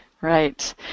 Right